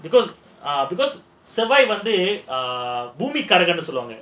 ah because because survivor வந்து பூமிக்குனு சொல்வாங்க:vandhu boomikkunu solvaanga